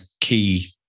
key